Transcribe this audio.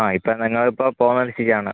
ആ ഇപ്പം നിങ്ങളിപ്പം പോകുന്നത് ശരിയാണ്